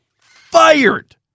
fired